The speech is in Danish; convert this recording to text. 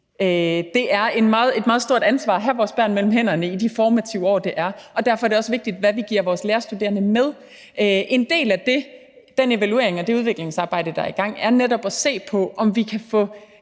Det er et meget stort ansvar at have vores børn mellem hænderne i de formative år, det er, og derfor er det også vigtigt, hvad vi giver vores lærerstuderende med. En del af den evaluering og det udviklingsarbejde, der er i gang, er netop at se på, om vi kan